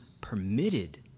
permitted